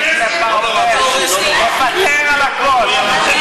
מוותר על הכול.